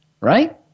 right